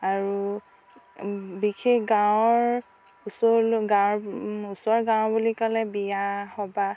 আৰু বিশেষ গাঁৱৰ ওচৰলৈ গাঁৱৰ ওচৰৰ গাঁও বুলি ক'লে বিয়া সবাহ